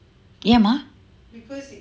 ஏன்:yean mah